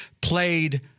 played